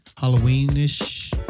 Halloween-ish